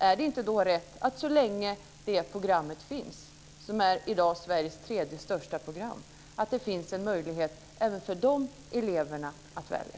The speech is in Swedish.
Är det då inte rätt att så länge detta program finns, som i dag är Sveriges tredje största program, ge en möjlighet även för de eleverna att välja?